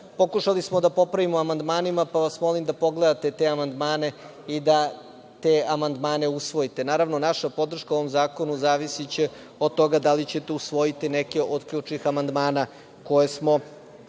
pokušali smo da popravimo amandmanima, pa vas molim da pogledate te amandmane i da te amandmane usvojite. Naravno, naša podrška ovom zakonu zavisiće od toga da li ćete usvojiti neke od ključnih amandmana koje smo